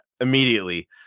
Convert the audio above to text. immediately